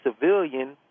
civilian